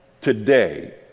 today